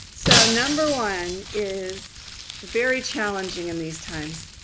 so number one is very challenging in these times.